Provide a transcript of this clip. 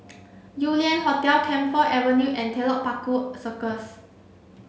Yew Lian Hotel Camphor Avenue and Telok Paku Circus